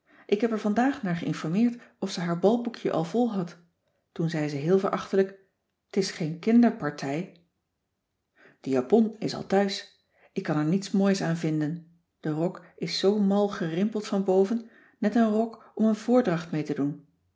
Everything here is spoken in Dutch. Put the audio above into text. ik heb er vandaag naar geïnformeerd of ze haar balboekje al vol had toen zei ze heel verachtelijk t is geen kinderpartij de japon is al thuis ik kan er niets moois aan vinden de rok is zoo mal gerimpeld van boven net een rok om een voordracht mee te doen